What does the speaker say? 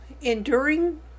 Enduring